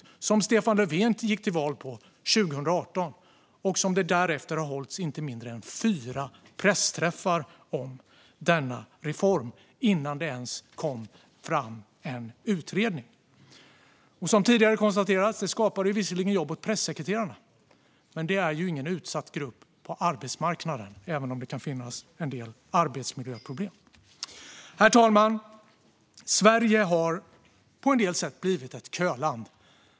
Det gick Stefan Löfven till val på 2018, och det har därefter hållits inte mindre än fyra pressträffar om denna reform innan det ens kom fram en utredning. Som tidigare har konstaterats skapade det visserligen jobb åt pressekreterarna. Men det är ingen utsatt grupp på arbetsmarknaden, även om det kan finnas en del arbetsmiljöproblem. Herr talman! Sverige har på en del sätt blivit ett köland.